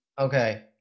Okay